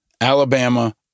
Alabama